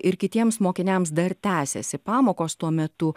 ir kitiems mokiniams dar tęsiasi pamokos tuo metu